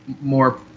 more